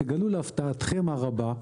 תגלו להפתעתכם הרבה,